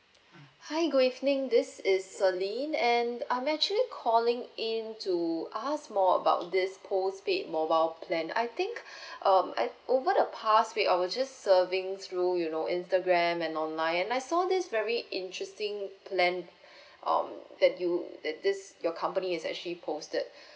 hi good evening this is celine and I'm actually calling in to ask more about this postpaid mobile plan I think um I over the past week I was just surfing through you know Instagram and online and I saw this very interesting plan um that you that is your company is actually posted